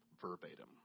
Verbatim